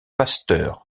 pasteur